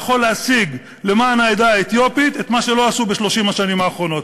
אתה יכול להשיג למען העדה האתיופית את מה שלא עשו ב-30 השנים האחרונות.